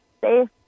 safe